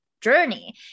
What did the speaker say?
journey